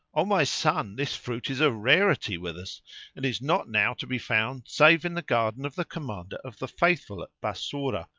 o my son, this fruit is a rarity with us and is not now to be found save in the garden of the commander of the faithful at bassorah,